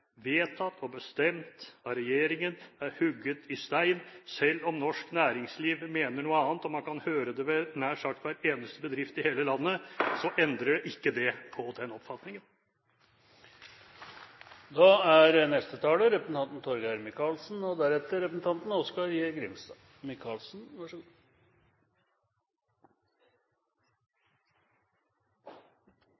vedtatt og bestemt av regjeringen, er hugget i stein, og selv om norsk næringsliv mener noe annet og man kan høre det ved nær sagt hver eneste bedrift i hele landet, så endrer ikke det på den oppfatningen. Jeg har en blogg på Internett. Det er blitt veldig moderne, og